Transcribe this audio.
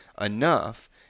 enough